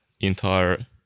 entire